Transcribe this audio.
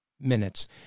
minutes